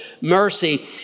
mercy